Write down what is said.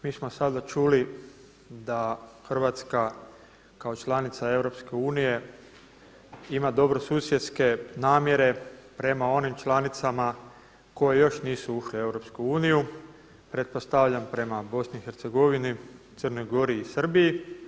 Mi smo sada čuli da Hrvatska kao članica EU ima dobrosusjedske namjere prema onim članicama koje još nisu ušle u EU, pretpostavljam prema BiH, Crnoj Gori i Srbiji.